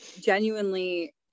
genuinely